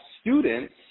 students